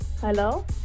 Hello